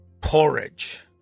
porridge